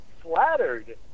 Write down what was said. flattered